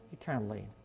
eternally